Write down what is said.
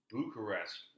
Bucharest